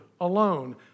alone